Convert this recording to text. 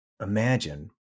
imagine